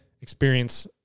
experience